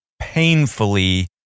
Painfully